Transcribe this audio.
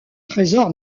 trésor